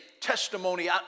testimony